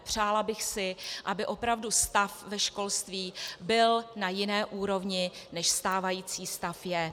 Přála bych si, aby opravdu stav ve školství byl na jiné úrovni, než stávající stav je.